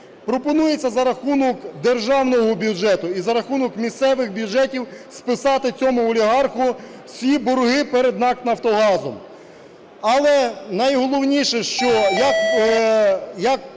Пропонується за рахунок державного бюджету і за рахунок місцевих бюджетів списати цьому олігарху всі борги перед НАК "Нафтогазом". Але найголовніше, що